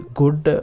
good